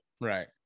right